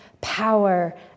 power